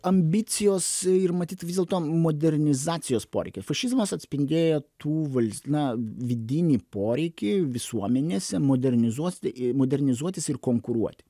ambicijos ir matyt vis dėlto modernizacijos poreikio fašizmas atspindėjo tų vals na vidinį poreikį visuomenėse modernizuo ir modernizuotis ir konkuruoti